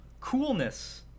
coolness